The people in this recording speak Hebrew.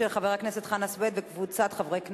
של חבר הכנסת חנא סוייד וקבוצת חברי כנסת.